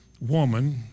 woman